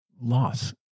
loss